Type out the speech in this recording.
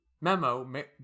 memo